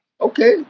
Okay